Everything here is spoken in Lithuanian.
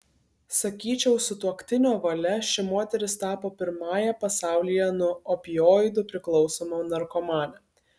sakyčiau sutuoktinio valia ši moteris tapo pirmąja pasaulyje nuo opioidų priklausoma narkomane